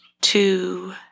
two